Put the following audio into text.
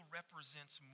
represents